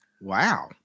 Wow